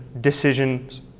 decisions